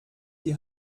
die